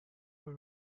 for